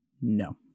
No